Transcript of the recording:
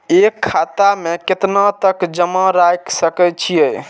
एक खाता में केतना तक जमा राईख सके छिए?